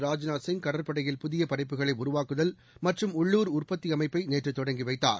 ராஜ்நாத் சிங் கடற்படையில் புதியபடைப்புகளைஉருவாக்குதல் மற்றும் உள்ளுர் உற்பத்திஅமைப்பைநேற்றுதொடங்கிவைத்தார்